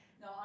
No